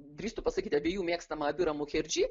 drįstu pasakyti abiejų mėgstamą biurą mucherdži